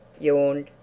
yawned,